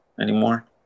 anymore